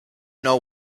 know